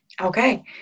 Okay